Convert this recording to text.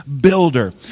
builder